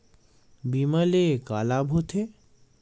बीमा ले का लाभ होथे?